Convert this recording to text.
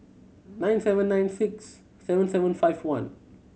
nine seven nine six seven seven five one